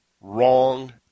Wrong